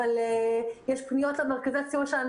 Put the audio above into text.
אבל יש פניות למרכזי הסיוע שלנו.